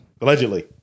Allegedly